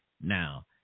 Now